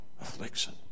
affliction